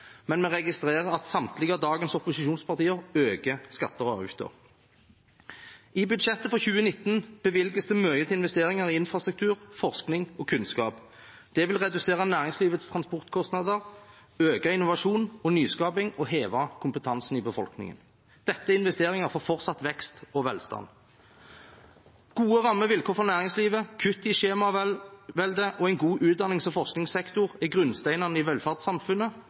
men vi registrerer at samtlige av dagens opposisjonspartier øker skatter og avgifter. I budsjettet for 2019 bevilges det mye til investeringer i infrastruktur, forskning og kunnskap. Det vil redusere næringslivets transportkostnader, øke innovasjon og nyskaping og heve kompetansen i befolkningen. Dette er investeringer for fortsatt vekst og velstand. Gode rammevilkår for næringslivet, kutt i skjemaveldet og en god utdannings- og forskningssektor er grunnsteinene i velferdssamfunnet